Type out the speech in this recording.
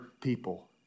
people